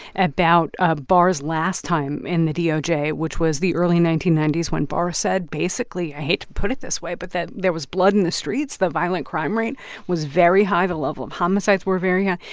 about ah barr's last time in the doj, which was the early nineteen ninety s when barr said, basically i hate to put it this way but that there was blood in the streets. the violent crime rate was very high. the level of homicides were very high.